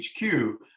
HQ